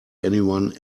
anyone